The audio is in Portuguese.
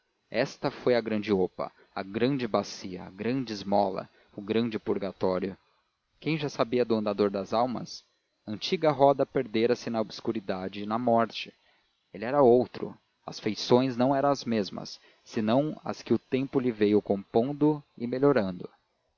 esta foi a grande opa a grande bacia a grande esmola o grande purgatório quem já sabia do andador das almas a antiga roda perdera se na obscuridade e na morte ele era outro as feições não eram as mesmas senão as que o tempo lhe veio compondo e melhorando